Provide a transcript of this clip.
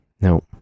Nope